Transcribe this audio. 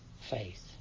faith